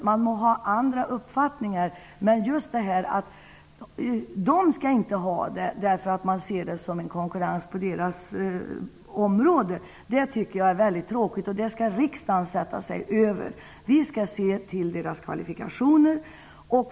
Man må ha avvikande uppfattningar, men just detta att naprapaterna inte skall ha legitimation därför att det ses som en konkurrens på det egna området, tycker jag är väldigt tråkigt. Sådant bör riksdagen sätta sig över. Vi skall se till deras kvalifikationer.